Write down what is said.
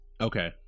okay